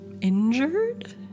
injured